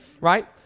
right